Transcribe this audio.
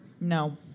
No